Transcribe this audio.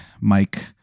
Mike